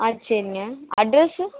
ஆ சரிங்க அட்ரஸ்ஸு